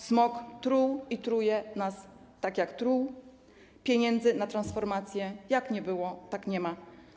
Smog truł i truje nas tak, jak truł, pieniędzy na transformację jak nie było, tak nie ma.